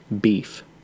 beef